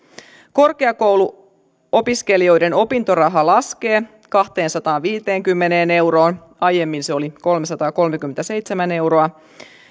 korkeakouluopiskelijoiden opintoraha laskee kahteensataanviiteenkymmeneen euroon aiemmin se oli kolmesataakolmekymmentäseitsemän euroa